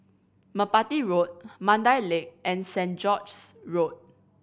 Merpati Road Mandai Lake and Saint George's Road